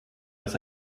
das